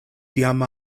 tiam